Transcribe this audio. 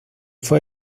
fue